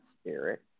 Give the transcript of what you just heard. spirit